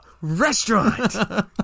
restaurant